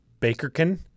Bakerkin